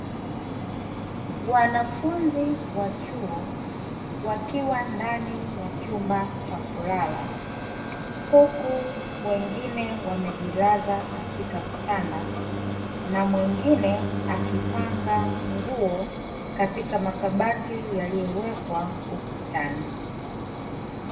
Wanafunzi wa chuo wakiwa ndani ya chumba cha kulala, huku wengine wamejilaza katika vitandana mwingine akipanga nguo katika makabati ya yaliyowekwa ukutani.